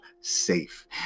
safe